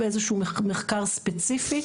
באיזה שהוא מחקר ספציפי,